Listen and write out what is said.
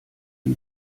die